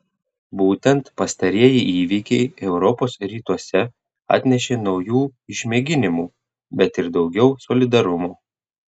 būtent pastarieji įvykiai europos rytuose atnešė naujų išmėginimų bet ir daugiau solidarumo